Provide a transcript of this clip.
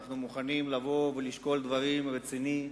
אנחנו מוכנים לבוא ולשקול דברים רציניים,